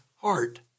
heart